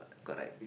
correct